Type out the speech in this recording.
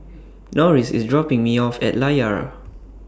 Norris IS dropping Me off At Layar